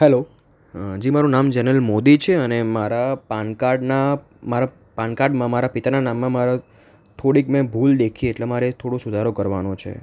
hello ji મારું નામ જેનલ મોદી છે અને મારા પાન કાર્ડના મારા પાન કાર્ડમાં મારા પિતાના નામમાં મારા થોડીક મેં ભૂલ દેખી એટલે મારે થોડો સુધારો કરવાનો છે